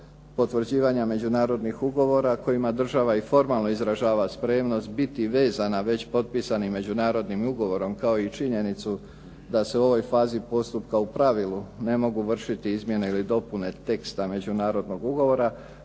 potvrđivanja međunarodnih ugovora kojima država i formalno izražava spremnost biti vezana već potpisanim Međunarodnim ugovorom, kao i činjenicu da se u ovoj fazi postupka u pravilu ne mogu vršiti izmjene ili dopune teksta Međunarodnog ugovora,